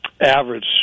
average